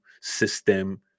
System